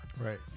right